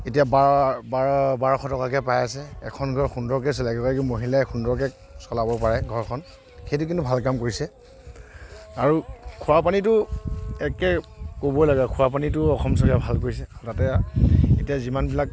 এতিয়া বাৰশ টকাকে পাই আছে এখন ঘৰ সুন্দৰকে চলাই এগৰাকী মহিলাই সুন্দৰকে চলাব পাৰে ঘৰখন সেইটো কিন্তু ভাল কাম কৰিছে আৰু খোৱা পানীটো একেই ক'বই লগা খোৱা পানীটো অসম চৰকাৰে ভাল কৰিছে তাতে এতিয়া যিমানবিলাক